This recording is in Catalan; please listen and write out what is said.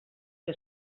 que